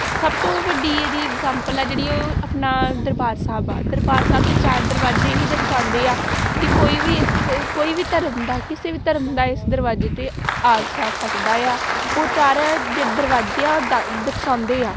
ਸਭ ਤੋਂ ਵੱਡੀ ਇਹਦੀ ਐਗਜਾਂਪਲ ਆ ਜਿਹੜੀ ਉਹ ਆਪਣਾ ਦਰਬਾਰ ਸਾਹਿਬ ਆ ਦਰਬਾਰ ਸਾਹਿਬ ਦੇ ਚਾਰ ਦਰਵਾਜ਼ੇ ਇਹੀ ਦਰਸਾਉਂਦੇ ਆ ਕਿ ਕੋਈ ਵੀ ਇਸ ਕੋਈ ਵੀ ਧਰਮ ਦਾ ਕਿਸੇ ਵੀ ਧਰਮ ਦਾ ਇਸ ਦਰਵਾਜੇ 'ਤੇ ਆ ਜਾ ਸਕਦਾ ਆ ਉਹ ਚਾਰਾਂ ਦਰਵਾਜੇ ਆ ਉਹ ਦਰਸਾਉਂਦੇ ਆ